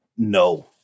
No